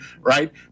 right